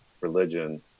religion